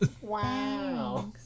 Wow